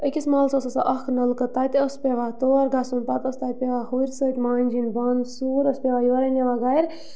أکِس محلَس اوس آسان اَکھ نلکہٕ تَتہِ اوس پٮ۪وان تور گژھُن پَتہٕ اوس تَتہِ پٮ۪وان ہُرۍ سۭتۍ مانٛجِنۍ بانہٕ سوٗر اوس پٮ۪وان یورَے نِوان گَرِ